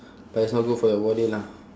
but it's not good for your body lah